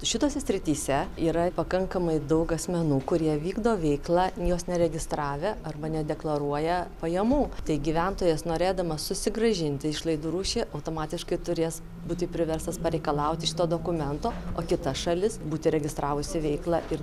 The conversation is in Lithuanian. šitose srityse yra pakankamai daug asmenų kurie vykdo veiklą jos neregistravę arba nedeklaruoja pajamų tai gyventojas norėdamas susigrąžinti išlaidų rūšį automatiškai turės būti priverstas pareikalauti šito dokumento o kita šalis būti registravusi veiklą ir